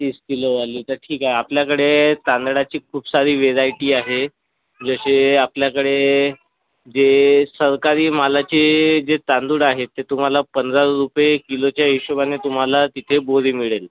तीस किलोवाले तर ठीक आहे आपल्याकडे तांदळाची खूप सारी व्हेरायटी आहे जसे आपल्याकडे जे सरकारी मालाचे जे तांदूळ आहेत ते तुम्हाला पंधरा रुपये किलोच्या हिशोबाने तुम्हाला तिथे बोरी मिळेल